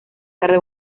tarde